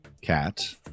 cat